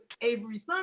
Avery